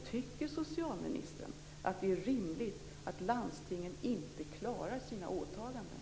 Tycker socialministern att det är rimligt att landstingen inte klarar sina åtaganden?